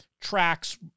tracks